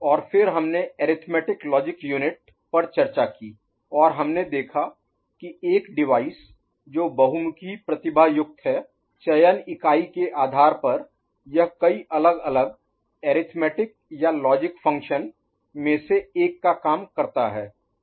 और फिर हमने arithmetic logic unit Arithmetic Logic Unit अंकगणित तर्क इकाई पर चर्चा की और हमने देखा कि एक डिवाइस Device उपकरण जो बहुमुखी प्रतिभा युक्त है चयन इकाई के आधार पर यह कई अलग अलग अरिथमेटिक Arithmetic अंकगणित या लॉजिक फ़ंक्शन में से एक का काम करता है